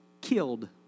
killed